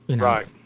Right